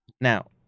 Now